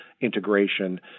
integration